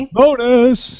bonus